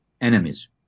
enemies